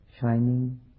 shining